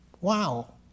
Wow